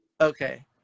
Okay